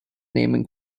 naming